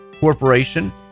corporation